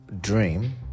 dream